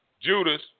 Judas